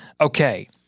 Okay